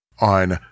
on